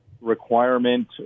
requirement